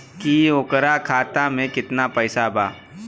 की ओकरा खाता मे कितना पैसा बा?